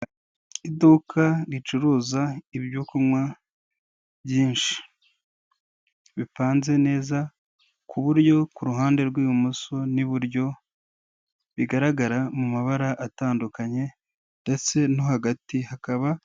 Iduka ricuruza ibyo kunywa byinshi, bipanze neza ku buryo ku ruhande rw'ibumoso n'iburyo bigaragara mu mabara atandukanye ndetse no hagati hakaba.